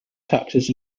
taxes